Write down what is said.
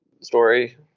story